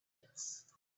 pits